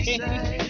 say